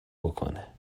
بکنه